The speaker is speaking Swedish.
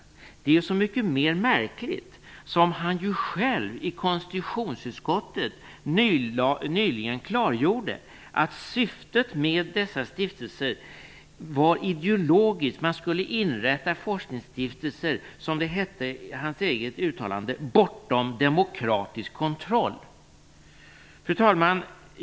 Detta är ju så mycket mer märkligt som han ju själv i konstitutionsutskottet nyligen klargjorde att syftet med dessa stiftelser var ideologiskt. Man skulle inrätta forskningsstiftelser, enligt hans eget uttalande, bortom demokratisk kontroll. Fru talman!